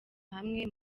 hamwe